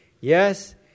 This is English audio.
Yes